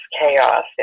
chaos